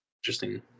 interesting